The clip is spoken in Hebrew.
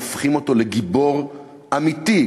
הופכים אותו לגיבור אמיתי,